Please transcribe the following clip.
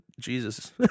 Jesus